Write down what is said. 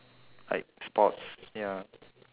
like sports ya